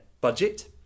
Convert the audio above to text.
budget